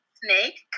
snake